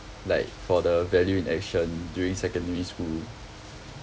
like for the value in action during secondary school